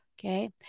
Okay